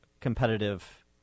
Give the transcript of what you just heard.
competitive